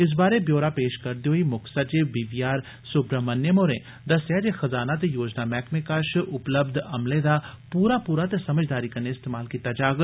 इस बारै ब्योरा पेश करदे होई मुक्ख संचिव बी बी आर सुब्राहमनयम होरे दस्सेया खजाना ते योजना मैह्कमें कश उपलब्य अमले दा पूरा पूरा ते समझदारी कन्नै इस्तमाल कीता जाग